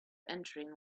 entering